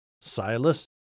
Silas